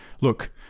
look